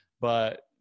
But-